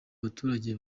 abaturage